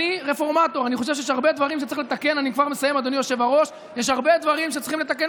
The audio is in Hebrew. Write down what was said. אני שמח שיושב-ראש הכנסת כאן,